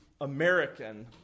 American